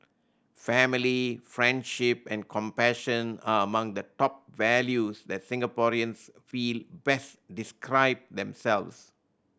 family friendship and compassion are among the top values that Singaporeans feel best describe themselves